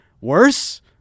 worse